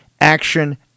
Action